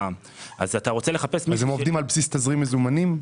אז הם עובדים על בסיס תזרים מזומנים,